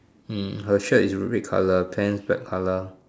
hmm her shirt is red colour pants black colour